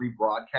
rebroadcast